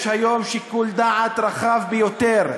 יש היום שיקול דעת רחב ביותר,